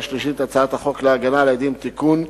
שלישית את הצעת חוק להגנה על עדים (תיקון),